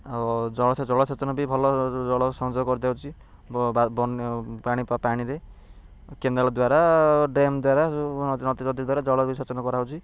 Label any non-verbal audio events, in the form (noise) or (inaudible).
ଆଉ ଜଳ ଜଳସେଚନ ବି ଭଲ ଜଳ ସଂଯୋଗ କରିଦାଉଛି (unintelligible) ପାଣିରେ କେନ୍ଦାଳ ଦ୍ୱାରା ଡ୍ୟାମ୍ ଦ୍ୱାରା (unintelligible) ନଦୀ ଦ୍ୱାରା ଜଳ ବି ସେଚନ କରା ହେଉଛି